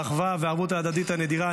האחווה והערבות ההדדית הנדירה.